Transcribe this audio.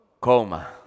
coma